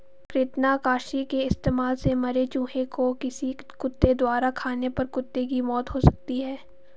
कृतंकनाशी के इस्तेमाल से मरे चूहें को किसी कुत्ते द्वारा खाने पर कुत्ते की मौत हो सकती है